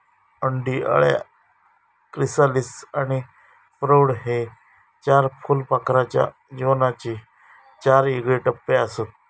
अंडी, अळ्या, क्रिसालिस आणि प्रौढ हे चार फुलपाखराच्या जीवनाचे चार येगळे टप्पेआसत